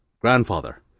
grandfather